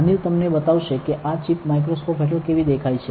અનિલ તમને બતાવશે કે આ ચિપ માઇક્રોસ્કોપ હેઠળ કેવી દેખાય છે